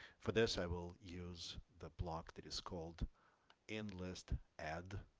for this i will use the block that is called endless to add